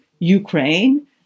Ukraine